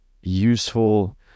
useful